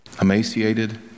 emaciated